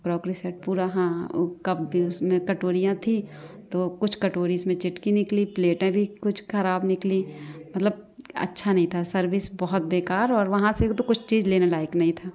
crockery set पूरा हाँ cup भी उसमें कटोरियाँ थी तो कुछ कटोरी इसमें चटकी निकली प्लेटें भी कुछ ख़राब निकली मतलब अच्छा नहीं था सर्विस बहुत बेकार और वहाँ से तो कुछ चीज़ लेने लायक नहीं थी